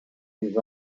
des